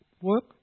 work